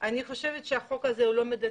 אני חושבת שהחוק הזה הוא לא מידתי.